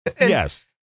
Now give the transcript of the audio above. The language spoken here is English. Yes